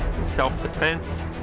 self-defense